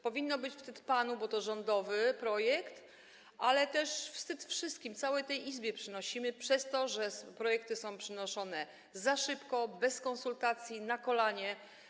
Powinno być panu wstyd, bo to rządowy projekt, ale też wszystkim, całej tej Izbie przynosimy wstyd przez to, że projekty są przynoszone za szybko, bez konsultacji, na kolanie.